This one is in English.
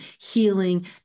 healing